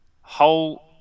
whole